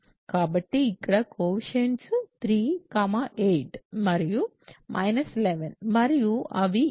కాబట్టి ఇక్కడ కోయెఫిషియంట్స్ 3 8 మరియు మైనస్ 11 మరియు అవి ఇంటిజర్స్